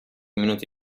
minuti